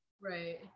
right